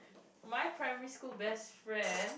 my primary school best friend